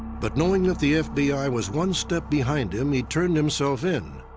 but knowing that the fbi was one step behind him, he turned himself in.